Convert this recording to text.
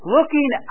looking